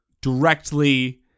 directly